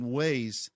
ways